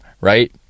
right